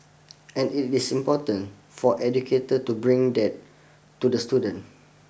and it is important for educator to bring that to the student